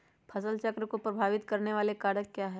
फसल चक्र को प्रभावित करने वाले कारक क्या है?